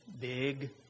Big